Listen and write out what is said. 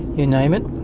you name it,